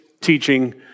teaching